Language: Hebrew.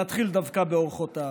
נתחיל דווקא באורחותיו.